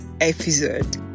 episode